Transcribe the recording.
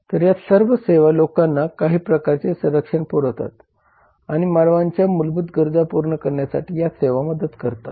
तर या सर्व सेवा लोकांना काही प्रकारचे संरक्षण पुरवतात आणि मानवांच्या मूलभूत गरजा पूर्ण करण्यात या सेवा मदत करतात